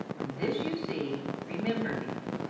when this you see, remember me.